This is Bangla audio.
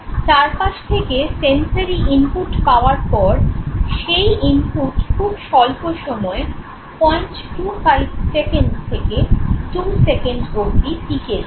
চারপাশ থেকে সেন্সরি ইনপুট পাওয়ার পর সেই ইনপুট খুব স্বল্প সময় 025 সেকেন্ড থেকে 2 সেকেন্ড অবধি টিকে যায়